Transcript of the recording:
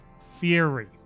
fury